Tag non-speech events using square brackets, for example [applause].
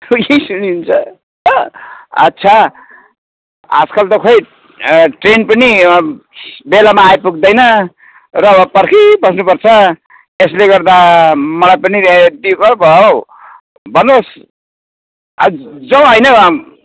[unintelligible] सुनिन्छ अच्छा आजकल त खोइ ट्रेन पनि बेलामा आइपुग्दैन र पर्खि बस्नुपर्छ त्यसले गर्दा मलाई पनि [unintelligible] पो भयो हौ भन्नुहोस् आज जाउँ होइन